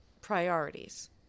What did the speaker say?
priorities